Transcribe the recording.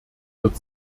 wird